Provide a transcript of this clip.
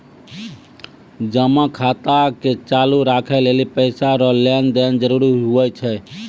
जमा खाता के चालू राखै लेली पैसा रो लेन देन जरूरी हुवै छै